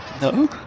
No